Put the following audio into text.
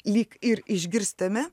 lyg ir išgirstame